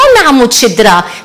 לא מעמוד השדרה,